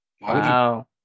Wow